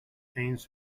ames